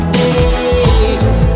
days